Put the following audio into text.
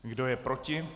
Kdo je proti?